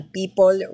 people